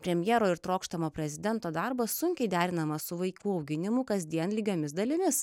premjero ir trokštamo prezidento darbas sunkiai derinamas su vaikų auginimu kasdien lygiomis dalimis